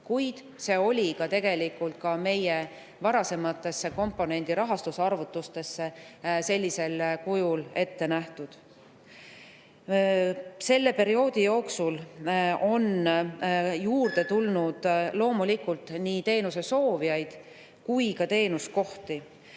kuid see oli ka meie varasemates komponendi rahastuse arvutustes sellisel kujul ette nähtud. Selle perioodi jooksul on juurde tulnud loomulikult nii teenuse soovijaid kui ka teenuskohti.